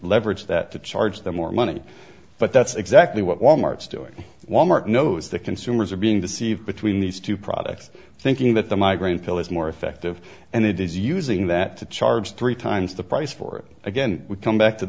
leverage that to charge them more money but that's exactly what wal mart's doing wal mart knows that consumers are being deceived between these two products thinking that the migraine pill is more effective and it is using that to charge three times the price for it again we come back to